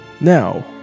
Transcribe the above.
Now